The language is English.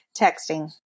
Texting